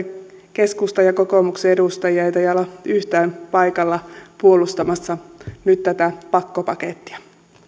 keskustan ja kokoomuksen edustajia ei taida olla yhtään paikalla puolustamassa nyt tätä pakkopakettia